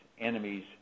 enemies